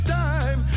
time